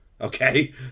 Okay